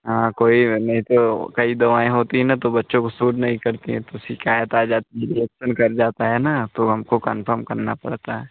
हाँ कोई नहीं तो कई दवाएँ होती हैं न तो बच्चों को सूट नहीं करती हैं तो शिकायत आ जाती है रिएक्शन कर जाता है न तो हमको कन्फर्म करना पड़ता है